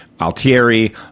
Altieri